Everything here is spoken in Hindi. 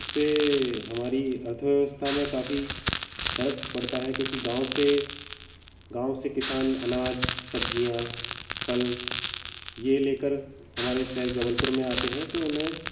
उससे अर्थव्यवस्था में काफ़ी फ़र्क पड़ता है क्योंकि गाँव से गाँव से किसान अनाज सब्जियाँ फल ये लेकर हमारे शहर जबलपुर में आते है तो उन्हें